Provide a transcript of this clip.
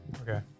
Okay